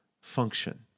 function